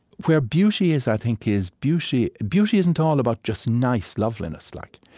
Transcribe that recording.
where beauty is, i think, is beauty beauty isn't all about just nice loveliness, like.